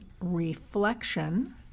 reflection